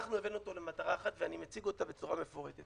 אנחנו הבאנו אותו למטרה אחת ואני מציג אותה בצורה מפורטת.